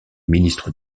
ministre